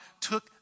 took